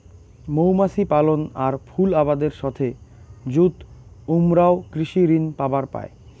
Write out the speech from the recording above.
মৌমাছি পালন আর ফুল আবাদের সথে যুত উমরাও কৃষি ঋণ পাবার পায়